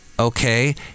Okay